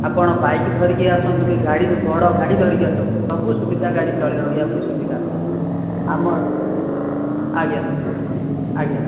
ଆପଣ ବାଇକ୍ ଧରିକି ଆସନ୍ତୁ କି ଗାଡି ବଡ଼ ଗାଡ଼ି ଧରିକି ଆସନ୍ତୁ ସବୁ ସୁବିଧା ଗାଡ଼ି ତଳେ ରହିବା ପାଇଁ ସୁବିଧା ଅଛି ଆମ ଆଜ୍ଞା ଆଜ୍ଞା